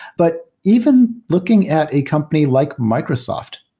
but even looking at a company like microsoft,